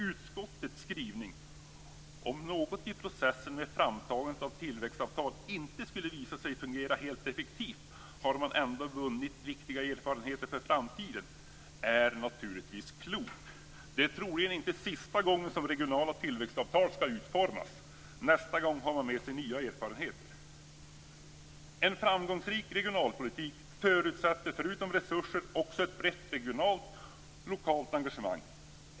Utskottets skrivning, att om något i processen med framtagandet av tillväxtavtal inte skulle visa sig fungera helt effektivt har man ändå vunnit viktiga erfarenheter för framtiden, är naturligtvis klok. Det är troligen inte sista gången som regionala tillväxtavtal skall utformas. Nästa gång man har med sig nya erfarenheter. En framgångsrik regionalpolitik förutsätter förutom resurser också ett brett regionalt, lokalt engagemang.